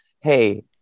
Hey